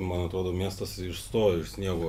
man atrodo miestas išstojo iš sniego